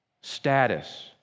status